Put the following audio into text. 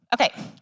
Okay